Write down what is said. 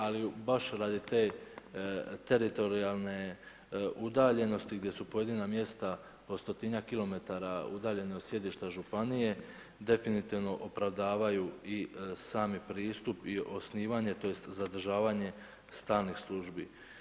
Ali baš radi te teritorijalne udaljenosti gdje su pojedina mjesta po stotinjak kilometara udaljeni od sjedišta županije definitivno opravdavaju i sami pristup i osnivanje, tj. zadržavanje stalnih službi.